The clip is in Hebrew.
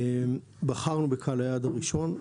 בחרנו בקהל היעד הראשון,